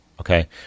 okay